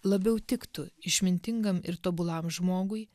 labiau tiktų išmintingam ir tobulam žmogui